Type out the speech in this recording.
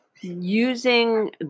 using